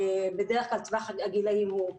בדרך כלל טווח הגילאים הוא ט'-י"א.